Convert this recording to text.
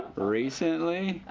recently?